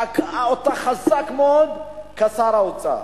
תקע אותה חזק מאוד כשר האוצר,